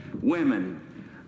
Women